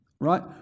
Right